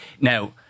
now